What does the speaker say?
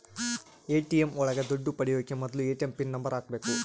ATM ಒಳಗ ದುಡ್ಡು ಪಡಿಯೋಕೆ ಮೊದ್ಲು ಎ.ಟಿ.ಎಂ ಪಿನ್ ನಂಬರ್ ಹಾಕ್ಬೇಕು